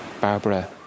Barbara